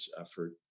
effort